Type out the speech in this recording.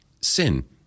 Sin